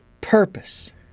purpose